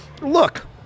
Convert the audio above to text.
Look